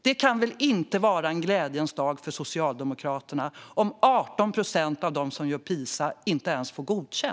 Det kan väl inte vara en glädjens dag för Socialdemokraterna när 18 procent av dem som gör PISA inte ens får godkänt?